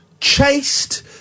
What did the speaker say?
chased